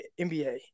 NBA